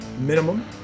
minimum